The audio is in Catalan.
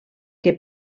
que